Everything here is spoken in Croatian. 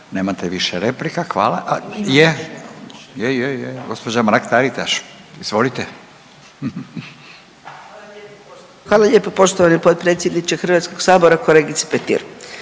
Nemate više replika, hvala. A je, je, je gospođa Mrak-Taritaš. Izvolite. **Mrak-Taritaš, Anka (GLAS)** Hvala lijepo poštovani potpredsjedniče Hrvatskog sabora, kolegice Petir.